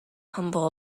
humble